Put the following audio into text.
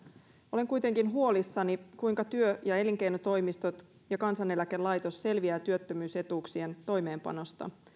olen kuitenkin huolissani kuinka työ ja elinkeinotoimistot ja kansaneläkelaitos selviävät työttömyysetuuksien toimeenpanosta